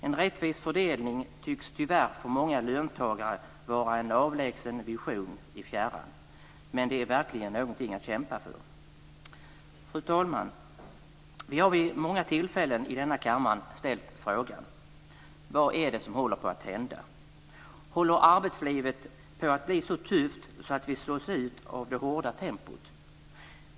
En rättvis fördelning tycks tyvärr för många löntagare vara en avlägsen vision i fjärran. Men det är verkligen någonting att kämpa för. Fru talman! Vi har vid många tillfällen i denna kammare ställt frågan: Vad är det som håller på att hända? Håller arbetslivet på att bli så tufft att vi slås ut av det hårda tempot?